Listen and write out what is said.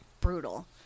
brutal